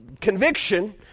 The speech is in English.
conviction